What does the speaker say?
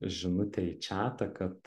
žinutė į čatą kad